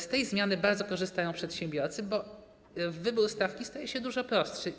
Z tej zmiany bardzo korzystają przedsiębiorcy, bo wybór stawki staje się dużo prostszy.